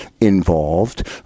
involved